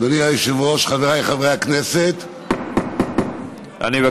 של חברי הכנסת יעקב אשר, משה גפני ואורי מקלב.